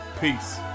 Peace